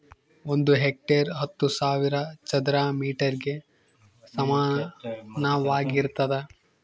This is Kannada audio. ಒಂದು ಹೆಕ್ಟೇರ್ ಹತ್ತು ಸಾವಿರ ಚದರ ಮೇಟರ್ ಗೆ ಸಮಾನವಾಗಿರ್ತದ